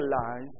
realize